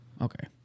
Okay